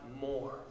more